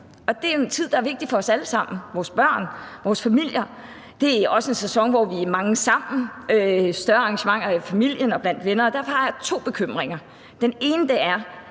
det er en tid, der er vigtig for os alle sammen – vores børn, vores familier. Det er også en sæson, hvor vi er mange sammen til større arrangementer i familien og blandt venner, og derfor er der to bekymringer. Det ene er,